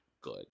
good